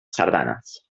sardanes